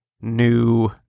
new